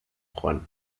juan